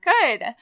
good